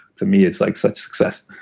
to me it's like such success.